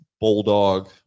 bulldog